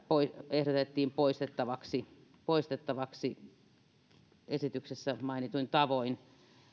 ehdotettiin poistettavaksi poistettavaksi esityksessä mainituin tavoin